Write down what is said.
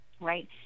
right